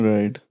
Right